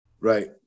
right